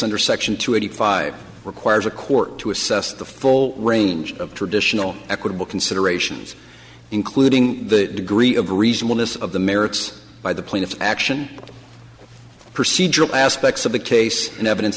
under section two eighty five requires a court to assess the full range of traditional equitable considerations including the degree of reasonableness of the merits by the plaintiff action procedural aspects of the case an evidence